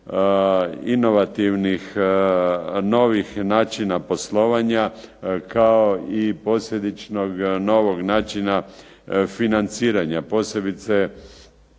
inovativnih novih načina poslovanja kao i posljedičnog novog načina financiranja, posebice